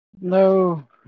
No